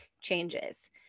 changes